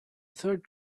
third